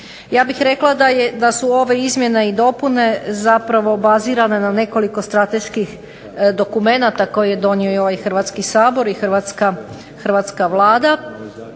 Ja bih rekla da su ove Izmjene i dopune bazirane na nekoliko strateških dokumenata koje je donio ovaj Hrvatski sabor i Hrvatska vlada